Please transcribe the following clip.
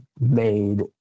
made